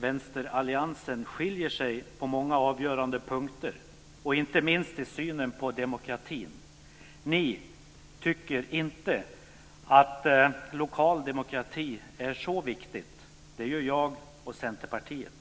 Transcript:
vänsteralliansen skiljer sig på många avgörande punkter, inte minst i synen på demokratin. Ni tycker inte att lokal demokrati är så viktigt. Det gör jag och Centerpartiet.